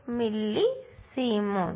millisiemens